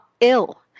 ill